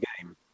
game